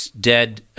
dead